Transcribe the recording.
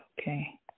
Okay